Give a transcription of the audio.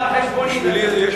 אדוני היושב-ראש, אני מבקש.